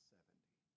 Seventy